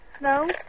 No